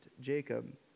Jacob